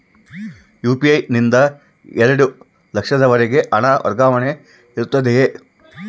UPI ನಿಂದ ಎರಡು ಲಕ್ಷದವರೆಗೂ ಹಣ ವರ್ಗಾವಣೆ ಇರುತ್ತದೆಯೇ?